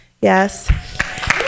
Yes